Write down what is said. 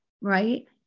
right